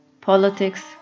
politics